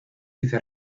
vice